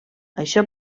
això